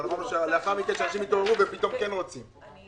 אבל אמרנו לאחר מכן שאנשים התעוררו ופתאום כן רוצים.